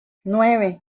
nueve